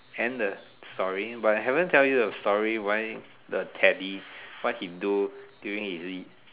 end the story but I haven't tell you the story why the Teddy what he do during his lead